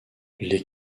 les